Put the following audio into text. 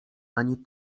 ani